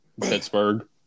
Pittsburgh